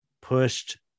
pushed